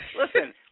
listen